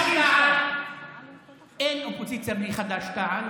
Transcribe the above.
אין אופוזיציה בלי חד"ש-תע"ל,